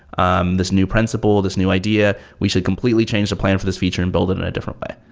um this new principle, this new idea. we should completely change the plan for this feature in build it in a different way.